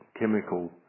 chemical